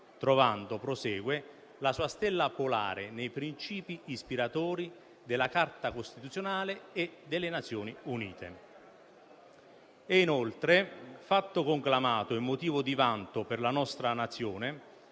trovando la sua stella polare nei principi ispiratori della Carta costituzionale e delle Nazioni Unite. È inoltre fatto conclamato e motivo di vanto per la nostra Nazione